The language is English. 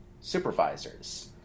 supervisors